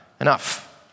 enough